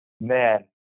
man